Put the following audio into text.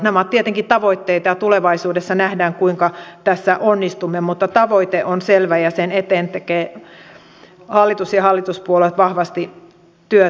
nämä ovat tietenkin tavoitteita ja tulevaisuudessa nähdään kuinka tässä onnistumme mutta tavoite on selvä ja sen eteen tekevät hallitus ja hallituspuolueet vahvasti työtä